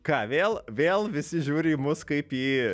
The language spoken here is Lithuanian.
ką vėl vėl visi žiūri į mus kaip į